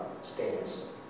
stance